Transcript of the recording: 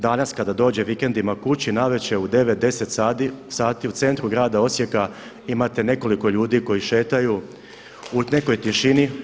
Danas kada dođem vikendima kući navečer u 9, 10 sati u centru Grada Osijeka imate nekoliko ljudi koji šetaju u nekoj tišini.